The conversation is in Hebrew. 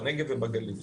בנגב ובגליל.